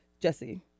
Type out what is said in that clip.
Jesse